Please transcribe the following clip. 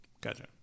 Gotcha